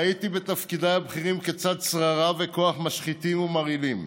ראיתי בתפקידיי הבכירים כיצד שררה וכוח משחיתים ומרעילים.